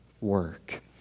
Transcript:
work